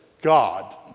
God